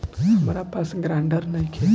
हमरा पास ग्रांटर नइखे?